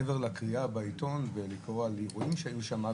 מעבר לקריאה בעיתון ולקרוא על אירועים שהיו שם,